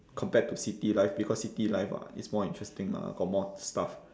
compared to city life because city life uh is more interesting lah got more stuff